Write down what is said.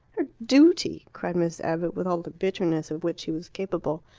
her duty! cried miss abbott, with all the bitterness of which she was capable.